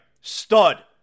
Stud